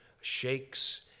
shakes